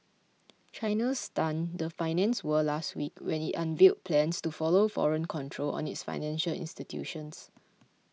China stunned the finance world last week when it unveiled plans to allow foreign control on its financial institutions